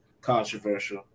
controversial